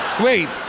Wait